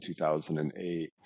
2008